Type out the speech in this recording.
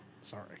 sorry